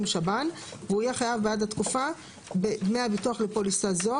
שב"ן" והוא יהיה חייב בעד התקופה בדמי הביטוח לפוליסה זו,